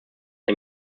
ein